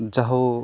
ᱡᱟᱦᱳ